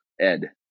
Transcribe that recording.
Ed